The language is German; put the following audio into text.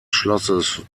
schlosses